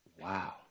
Wow